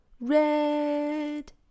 red